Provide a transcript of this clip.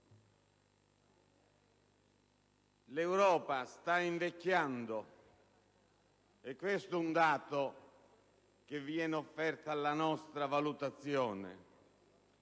L'Europa sta invecchiando e questo è un dato che viene offerto alla nostra valutazione: